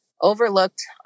overlooked